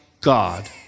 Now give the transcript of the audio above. God